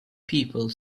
people